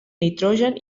nitrogen